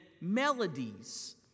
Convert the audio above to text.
melodies